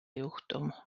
juhtum